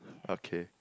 okay